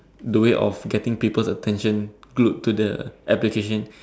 the way of getting people's attention glued to the application